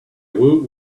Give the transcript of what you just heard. woot